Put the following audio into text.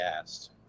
asked